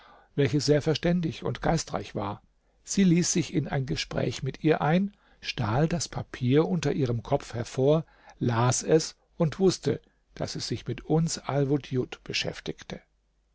welche sehr verständig und geistreich war sie ließ sich in ein gespräch mit ihr ein stahl das papier unter ihrem kopf hervor las es und wußte daß sie sich mit uns alwudjud beschäftigte